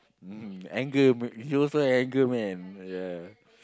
mm anger you also anger man ya